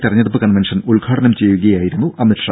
തിരഞ്ഞെടുപ്പ് കൺവെൻഷൻ ഉദ്ഘാടനം ചെയ്യുകയായിരുന്നു അമിത്ഷ